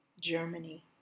Germany